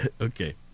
okay